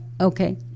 okay